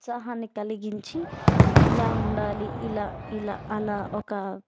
ఉత్సాహాన్ని కలిగించి ఇలా ఉండాలి ఇలా ఇలా అలా ఒక